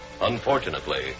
Unfortunately